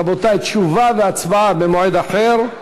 רבותי, תשובה והצבעה במועד אחר.